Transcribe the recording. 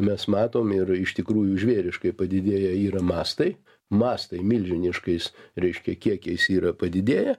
mes matom ir iš tikrųjų žvėriškai padidėję yra mąstai mąstai milžiniškais reiškia kiekiais yra padidėję